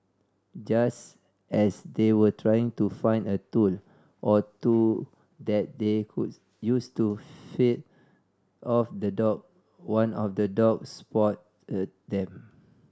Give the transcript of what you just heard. just as they were trying to find a tool or two that they could use to fend off the dog one of the dogs spot them